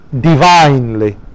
divinely